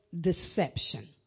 deception